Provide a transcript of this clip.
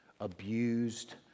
abused